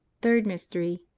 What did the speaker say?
third mystery.